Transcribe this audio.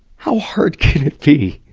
how hard can it be